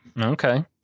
okay